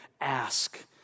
ask